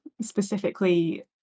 specifically